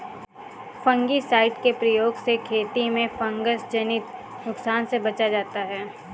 fungicide के प्रयोग से खेती में फँगसजनित नुकसान से बचा जाता है